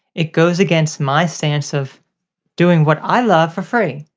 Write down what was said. it goes against my stance of doing what i love for free.